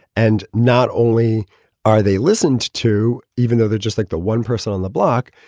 and not only are they listened to, even though they're just like the one person on the block,